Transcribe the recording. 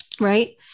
right